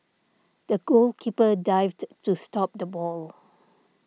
the goalkeeper dived to stop the ball